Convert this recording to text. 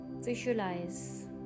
visualize